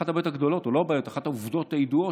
אחת הבעיות הגדולות או אחת העובדות הידועות